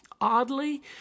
oddly